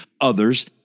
others